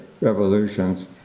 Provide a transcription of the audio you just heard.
revolutions